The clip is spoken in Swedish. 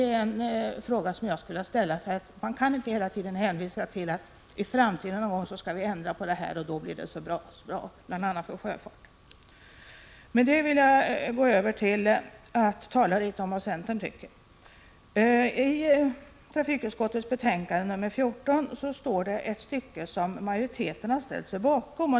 Moderaterna kan inte hela tiden hänvisa till att de någon gång i framtiden skall genomföra ändringar och att det kommer att bli så bra, bl.a. för sjöfarten. Med detta vill jag gå över till att tala litet om vad centern tycker. I trafikutskottets betänkande 14 står det ett stycke som majoriteten har ställt sig bakom.